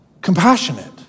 compassionate